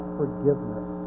forgiveness